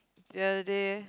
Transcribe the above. the other day